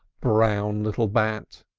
brown little bat!